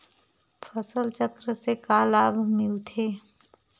फसल चक्र से का लाभ मिलथे?